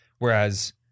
Whereas